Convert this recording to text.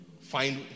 Find